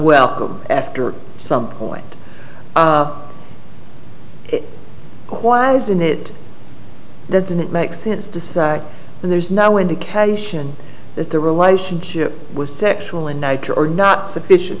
welcome after some point why isn't it doesn't it make sense to say that there's no indication that the relationship was sexual in nature or not sufficient